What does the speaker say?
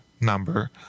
number